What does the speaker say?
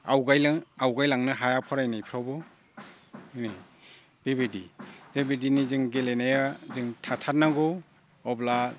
आवगायलांनो हाया फरायनायफ्रावबो बेबायदि दा बिदिनो जों गेलेनाया थाथारनांगौ अब्ला